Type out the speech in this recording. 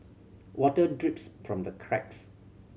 water drips from the cracks